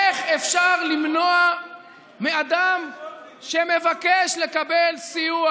איך אפשר למנוע מאדם שמבקש לקבל סיוע,